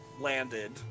landed